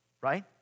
right